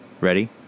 Ready